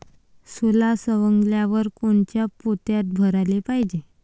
सोला सवंगल्यावर कोनच्या पोत्यात भराले पायजे?